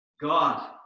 God